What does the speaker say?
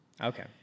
Okay